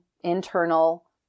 internal